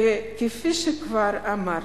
וכפי שכבר אמרתי,